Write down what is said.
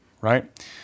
Right